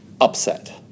upset